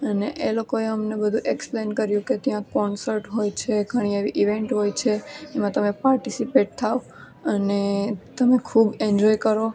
અને એ લોકોએ અમને બધું એક્સપ્લેન કર્યું કે ત્યાં કોન્સર્ટ હોય છે ઘણી એવી ઇવેન્ટ હોય છે એમાં તમે પાર્ટિસિપેટ થાવ અને તમે ખૂબ એન્જોય કરો